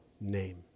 name